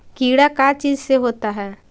कीड़ा का चीज से होता है?